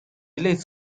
类似